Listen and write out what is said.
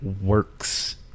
works